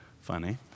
funny